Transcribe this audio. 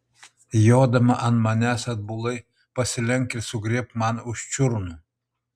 jodama ant manęs atbulai pasilenk ir sugriebk man už čiurnų